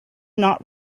not